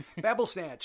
babblesnatch